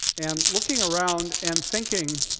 and looking around and thinking